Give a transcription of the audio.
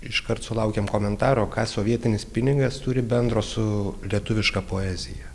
iškart sulaukėm komentaro ką sovietinis pinigas turi bendro su lietuviška poezija